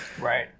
Right